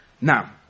Now